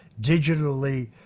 digitally